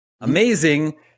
amazing